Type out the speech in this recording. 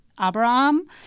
Abraham